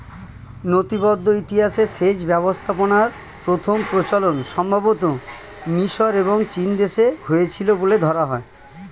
নথিবদ্ধ ইতিহাসে সেচ ব্যবস্থাপনার প্রথম প্রচলন সম্ভবতঃ মিশর এবং চীনদেশে হয়েছিল বলে ধরা হয়